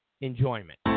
enjoyment